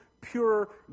pure